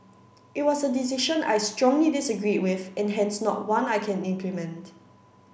it was a decision I strongly disagreed with and hence not one I can implement